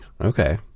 Okay